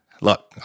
look